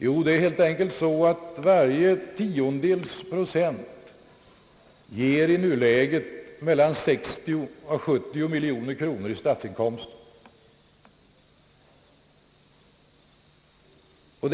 Jo, det är helt enkelt så att varje tiondels procent i nuläget ger mellan 60 och 70 miljoner kronor i statsinkomster. När